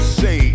say